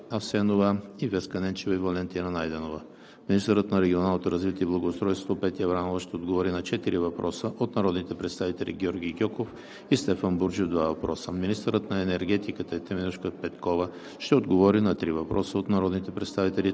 Асенова; и Веска Ненчева и Валентина Найденова. 6. Министърът на регионалното развитие и благоустройството Петя Аврамова ще отговори на четири въпроса от народните представители Георги Гьоков; и Стефан Бурджев (два въпроса). 7. Министърът на енергетиката Теменужка Петкова ще отговори на три въпроса от народните представители